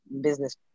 business